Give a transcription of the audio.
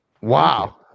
wow